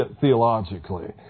theologically